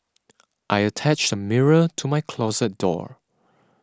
I attached a mirror to my closet door